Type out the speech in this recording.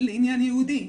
לעניין יהודי,